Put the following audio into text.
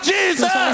Jesus